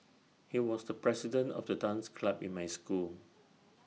he was the president of the dance club in my school